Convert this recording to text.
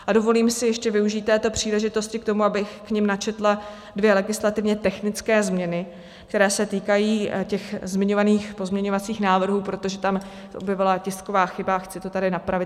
A dovolím si ještě využít této příležitosti k tomu, abych k nim načetla dvě legislativně technické změny, které se týkají těch zmiňovaných pozměňovacích návrhů, protože se tam objevila tisková chyba, chci to tedy napravit.